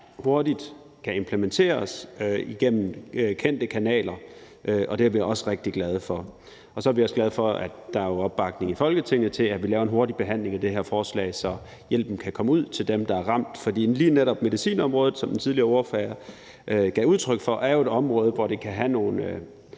hurtigt kan implementeres gennem kendte kanaler, og det er vi også rigtig glade for. Så er vi også glade for, at der er opbakning i Folketinget til, at vi laver en hurtig behandling af det her forslag, så hjælpen kan komme ud til dem, der er ramt. For lige netop medicinområdet er jo, som den tidligere ordfører gav udtryk for, et område, hvor ting kan have nogle